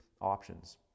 options